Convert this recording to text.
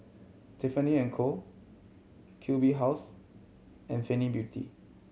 Tiffany and Co Q B House and Fenty Beauty